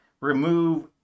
remove